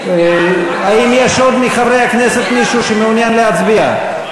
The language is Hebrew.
האם יש עוד מישהו מחברי הכנסת שמעוניין להצביע?